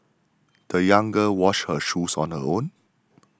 the young girl washed her shoes on her own